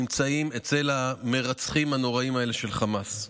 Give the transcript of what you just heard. נמצאים אצל המרצחים הנוראיים האלה של חמאס.